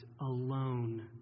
alone